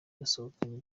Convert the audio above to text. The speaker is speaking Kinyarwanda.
basohokeye